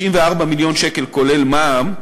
94 מיליון שקל כולל מע"מ,